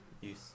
use